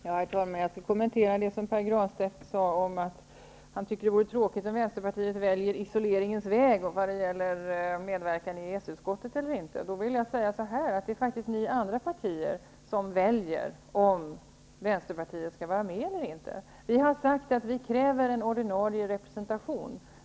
Herr talman! Jag skall kommentera det som Pär Granstedt sade om Vänsterpartiets väg. Han sade att han tycker att det vore tråkigt om Vänsterpartiet väljer isoleringens väg i vad gäller medverkan i EES-utskottet. Då vill jag säga så här: Det är faktiskt de andra partierna som väljer om Vänsterpartiet skall vara med eller inte. Vi har sagt att vi kräver en ordinarie representation.